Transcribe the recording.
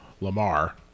Lamar